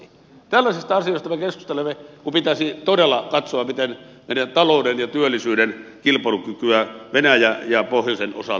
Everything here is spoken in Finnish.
tällaisista asioista me keskustelemme kun pitäisi todella katsoa miten meidän talouden ja työllisyyden kilpailukykyä venäjän ja pohjoisen osalta vahvistetaan